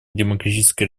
демократическая